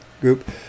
group